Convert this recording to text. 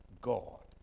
God